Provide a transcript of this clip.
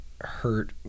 hurt